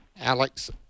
Alex